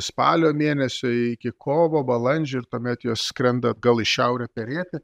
spalio mėnesio iki kovo balandžio ir tuomet jos skrenda atgal į šiaurę perėti